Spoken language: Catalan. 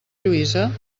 lluïsa